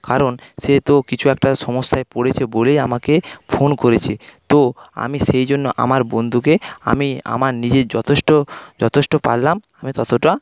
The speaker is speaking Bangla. কারণ সে তো কিছু একটা সমস্যায় পড়েছে বলেই আমাকে ফোন করেছে তো আমি সেই জন্য আমার বন্ধুকে আমি আমার নিজের যথেষ্ট যথেষ্ট পারলাম আমি ততটা